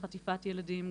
חטיפת ילדים,